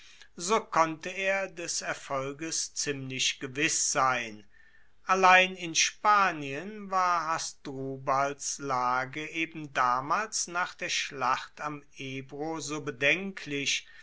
so konnte er des erfolges ziemlich gewiss sein allein in spanien war hasdrubals lage eben damals nach der schlacht am ebro so bedenklich